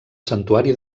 santuari